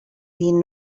been